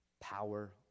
power